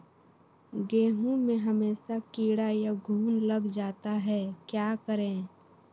गेंहू में हमेसा कीड़ा या घुन लग जाता है क्या करें?